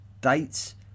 Dates